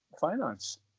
finance